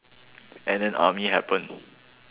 and then army happened